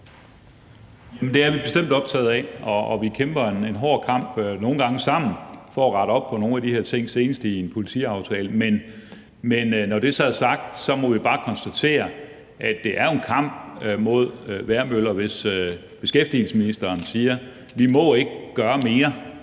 det er vi bestemt optaget af, og vi kæmper en hård kamp, nogle gange sammen, for at rette op på nogle af de her ting – senest i en politiaftale. Men når det så er sagt, må vi bare konstatere, at det jo er en kamp mod vejrmøller, hvis beskæftigelsesministeren siger: Vi må ikke gøre mere,